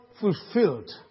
fulfilled